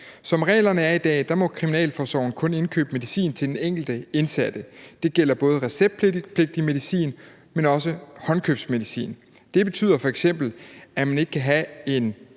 Som reglerne er i dag, må Kriminalforsorgen kun indkøbe medicin til den enkelte indsatte. Det gælder både receptpligtig medicin, men også håndkøbsmedicin. Det betyder f.eks., at man ikke kan have en